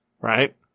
Right